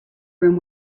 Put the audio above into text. room